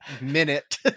minute